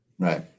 Right